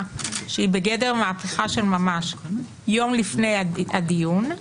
שהיא בגדר מהפכה של ממש יום לפני הדיון,